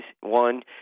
One